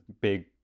big